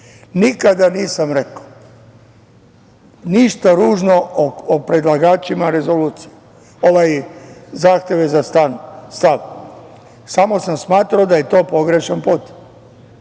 nisam rekao ništa ružno o predlagačima rezolucije, ovaj zahteve za stav, samo sam smatrao da je to pogrešan